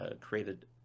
created